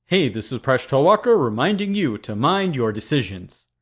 hey, this is presh talwalkar reminding you to mind your decisions.